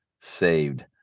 saved